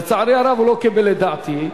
לצערי הרב הוא לא קיבל את דעתי,